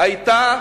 היתה